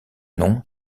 nom